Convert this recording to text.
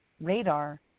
radar